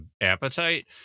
appetite